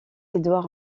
édouard